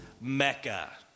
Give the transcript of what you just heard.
Mecca